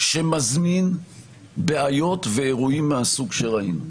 שמזמין בעיות ואירועים מהסוג שראינו.